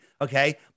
okay